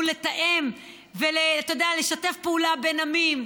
לתאם ולשתף פעולה בין עמים,